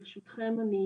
ברשותכם, אני